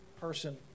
person